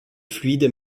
fluides